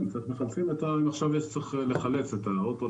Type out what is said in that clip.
אם צריך לחלץ את האוטו,